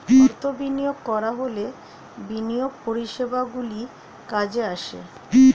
অর্থ বিনিয়োগ করা হলে বিনিয়োগ পরিষেবাগুলি কাজে আসে